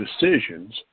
decisions